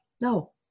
No